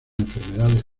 enfermedades